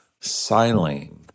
silane